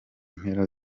mpera